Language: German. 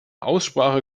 aussprache